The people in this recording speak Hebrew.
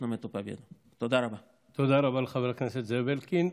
תודה רבה לחבר הכנסת זאב אלקין.